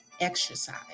exercise